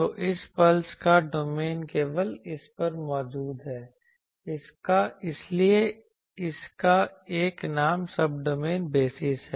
तो इस पल्स का डोमेन केवल इस पर मौजूद है इसीलिए इसका एक नाम सब्डोमेन बेसिस है